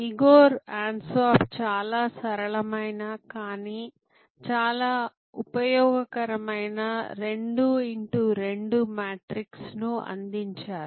Igor Ansoff చాలా సరళమైన కానీ చాలా ఉపయోగకరమైన 2 x 2 మ్యాట్రిక్స్ ను అందించారు